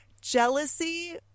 jealousy